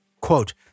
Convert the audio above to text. Quote